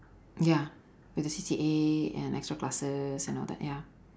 ya with the C_C_A and extra classes and all that ya